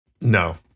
No